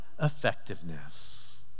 effectiveness